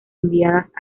enviadas